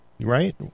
right